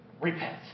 Repent